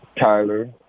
Tyler